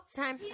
time